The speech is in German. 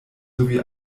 sowie